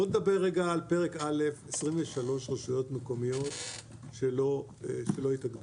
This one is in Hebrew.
בוא נדבר רגע על פרק א' 23 רשויות מקומיות שלא התאגדו.